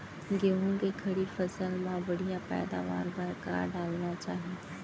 गेहूँ के खड़ी फसल मा बढ़िया पैदावार बर का डालना चाही?